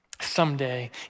Someday